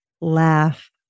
laugh